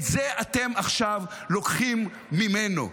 את זה אתם עכשיו לוקחים ממנו.